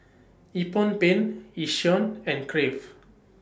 Nippon Paint Yishion and Crave